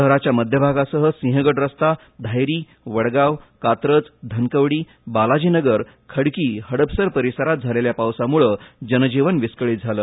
शहराच्या मध्यभागासह सिंहगड रस्ता धायरी वडगाव कात्रज धनकवडी बालाजी नगर खडकी हडपसर परिसरात झालेल्या पावसामुळे जनजीवन विस्कळीत झाले